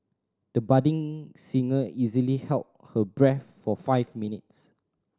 the budding singer easily held her breath for five minutes